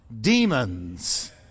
demons